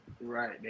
right